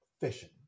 fishing